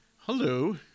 Hello